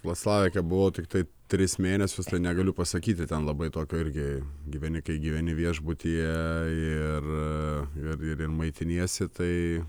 vlaclave kiek buvau tiktai tris mėnesius tai negaliu pasakyti ten labai tokio irgi gyveni kai gyveni viešbutyje ir ir ir maitiniesi tai